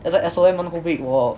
那时候 S_O_M one whole week 我